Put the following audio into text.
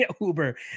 Uber